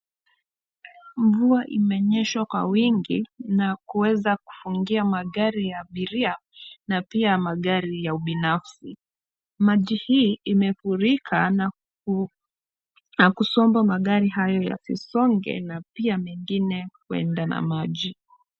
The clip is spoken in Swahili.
Mvua imenyesha kwa wingi na kuweza kufungia magari ya abiria na pia magari ya ubinafsi. Maji hii imefurika na kusomba magari hayo yasisonge na pia mengine kwenda na maji.